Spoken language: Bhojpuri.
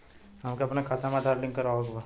हमके अपना खाता में आधार लिंक करावे के बा?